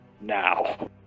now